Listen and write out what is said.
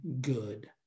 good